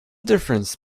difference